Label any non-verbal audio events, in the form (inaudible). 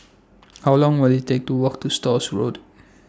(noise) How Long Will IT Take to Walk to Stores Road